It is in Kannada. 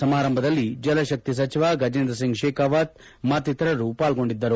ಸಮಾರಂಭದಲ್ಲಿ ಜಲಶಕ್ತಿ ಸಚಿವ ಗಂಜೇಂದ್ರ ಸಿಂಗ್ ಶೇಖಾವತ್ ಮತ್ತಿತರರು ಪಾಲ್ಲೊಂಡಿದ್ದರು